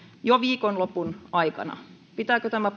jo viikonlopun aikana pitääkö tämä